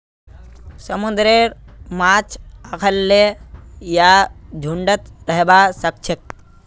समुंदरेर माछ अखल्लै या झुंडत रहबा सखछेक